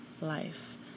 life